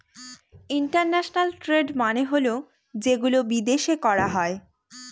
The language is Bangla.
ইন্টারন্যাশনাল ট্রেড মানে হল যেগুলো বিদেশে করা হয়